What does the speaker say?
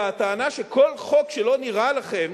והטענה שכל חוק שלא נראה לכם